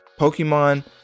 pokemon